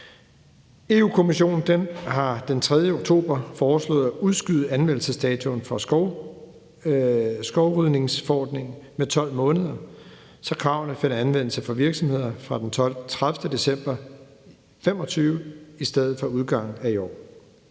Europa-Kommissionen har den 3. oktober foreslået at udskyde anvendelsesdatoen for skovrydningsforordningen med 12 måneder, så kravene finder anvendelse for virksomheder fra den 30. december 2025 i stedet for med udgangen af i år.